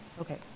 Okay